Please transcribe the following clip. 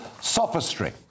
sophistry